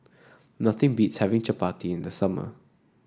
nothing beats having Chapati in the summer